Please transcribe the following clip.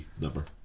number